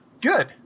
good